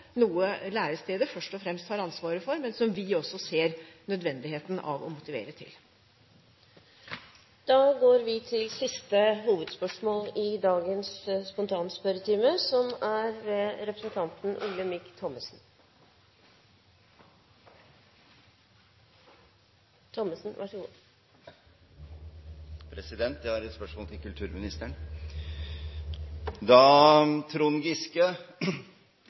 noe lærestedet først og fremst har ansvaret for, men som vi også ser nødvendigheten av å motivere til. Da går vi til dagens siste hovedspørsmål.